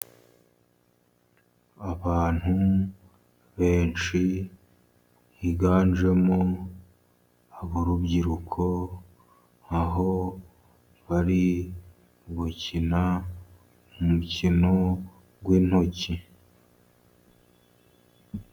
Abantu benshi higanjemo rubyiruko, aho bari gukina umukino w'intoki.